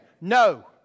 No